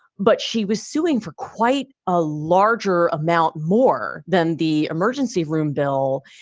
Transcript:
but she was suing for quite a larger amount, more than the emergency room bill.